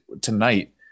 tonight